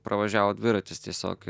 pravažiavo dviratis tiesiog